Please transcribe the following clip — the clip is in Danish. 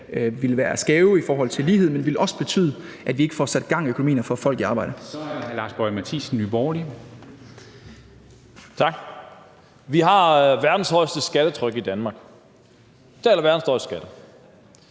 ville være skæve i forhold til lighed, men ville også betyde, at vi ikke får sat gang i økonomien og får folk i arbejde.